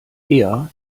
eher